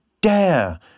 dare